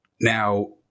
Now